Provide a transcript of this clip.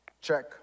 check